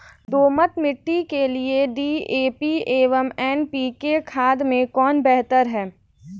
दोमट मिट्टी के लिए डी.ए.पी एवं एन.पी.के खाद में कौन बेहतर है?